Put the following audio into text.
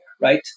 right